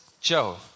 Joe